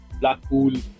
Blackpool